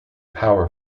power